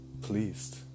pleased